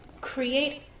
create